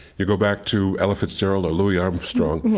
you go back to ella fitzgerald or louis armstrong.